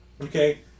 Okay